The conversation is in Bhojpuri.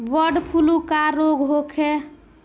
बडॅ फ्लू का रोग होखे?